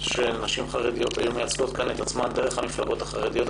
שנשים חרדיות היו מייצגות כאן את עצמן דרך המפלגות החרדיות.